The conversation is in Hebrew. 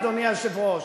אדוני היושב-ראש.